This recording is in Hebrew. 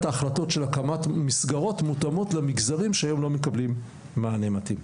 ההחלטות של הקמת מסגרות מותאמות למגזרים שהיום לא מקבלים מענה מתאים.